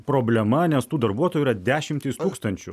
problema nes tų darbuotojų yra dešimtys tūkstančių